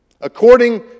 according